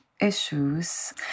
issues